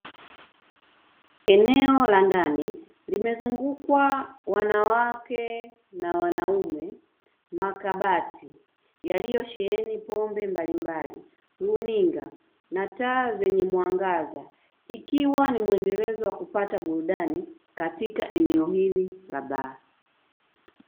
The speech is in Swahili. Eneo la ndani limezungukwa wanawake na wanaume; makabati yaliyosheheni pombe mbalimbali, runinga na taa zenye mwangaza. Ikiwa ni mwendelezo wa kupata burudani katika eneo hili la baa.